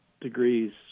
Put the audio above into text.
degrees